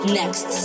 next